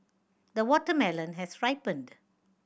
the watermelon has ripened